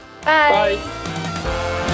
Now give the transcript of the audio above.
Bye